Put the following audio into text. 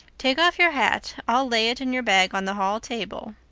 take off your hat. i'll lay it and your bag on the hall table.